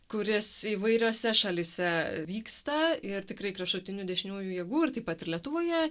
kuris įvairiose šalyse vyksta ir tikrai kraštutinių dešiniųjų jėgų ir taip pat ir lietuvoje